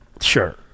Sure